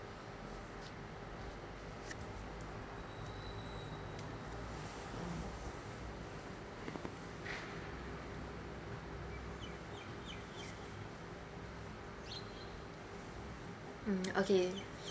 mm okay